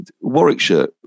Warwickshire